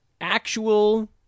actual